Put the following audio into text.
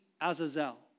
Azazel